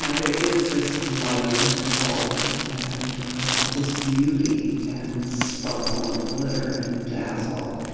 ah there is this light and hope and this beauty and sparkle and glitter and dazzle.